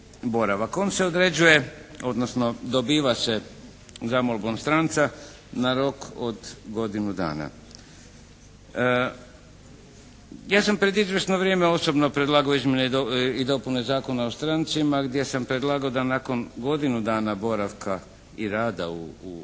On se određuje, odnosno dobiva se zamolbom stranca na rok od godinu dana. Ja sam pred izvjesno vrijeme osobno predlagao izmjene i dopune Zakona o strancima gdje sam predlagao da nakon godinu dana boravka i rada u Hrvatskoj,